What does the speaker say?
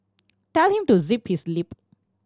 tell him to zip his lip